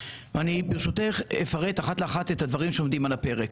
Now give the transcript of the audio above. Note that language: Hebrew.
אני אפרט אחת לאחת את הדברים שעומדים על הפרק.